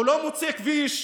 הוא לא מוצא כביש,